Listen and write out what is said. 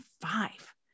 five